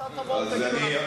אתם תבואו ותגידו,